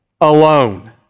alone